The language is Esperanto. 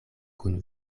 kun